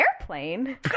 airplane